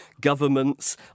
governments